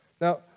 Now